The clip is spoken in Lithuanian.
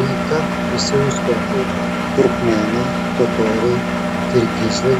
rytą visi uzbekai turkmėnai totoriai kirgizai